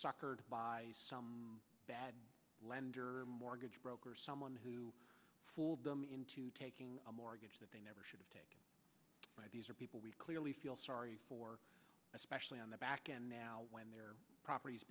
suckered by some bad lender mortgage brokers someone who pulled them into taking a mortgage that they never should have taken these are people we clearly feel sorry for especially on the back end now when their properties